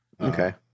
Okay